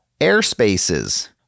airspaces